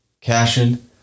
Cashin